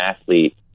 athlete